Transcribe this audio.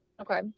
Okay